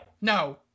no